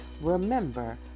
Remember